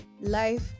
life